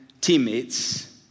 teammates